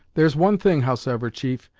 there's one thing, howsever, chief,